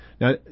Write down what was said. Now